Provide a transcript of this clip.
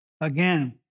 again